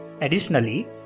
Additionally